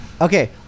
Okay